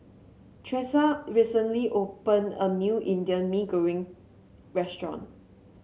Tresa recently opened a new Indian Mee Goreng Restaurant